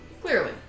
Clearly